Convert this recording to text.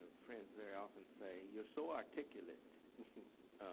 ah friends very often say you're so articulate